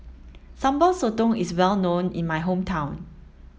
Sambal Sotong is well known in my hometown